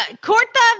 Corta